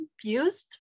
confused